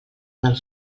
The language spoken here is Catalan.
del